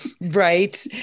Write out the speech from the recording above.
Right